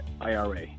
IRA